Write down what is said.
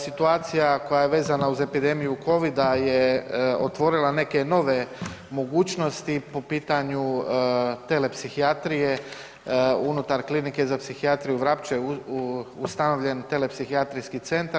Situacija koja je vezana uz epidemiju COVID-a je otvorila neke nove mogućnosti po pitanju telepsihijatrije unutar Klinike za psihijatriju Vrapče ustanovljen je telepsihijatrijski centar.